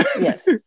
Yes